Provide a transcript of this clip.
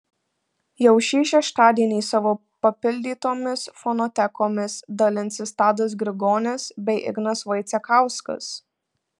jau šį šeštadienį savo papildytomis fonotekomis dalinsis tadas grigonis bei ignas vaicekauskas